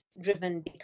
driven